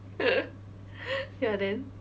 ya then